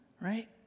Right